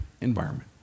environment